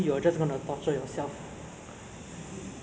ya the division is under ang mo kio hougang